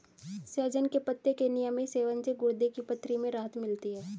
सहजन के पत्ते के नियमित सेवन से गुर्दे की पथरी में राहत मिलती है